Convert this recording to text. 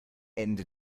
ende